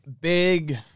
big